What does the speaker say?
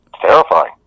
terrifying